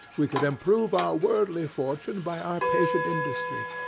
we could improve our worldly fortune by our patient industry.